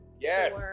yes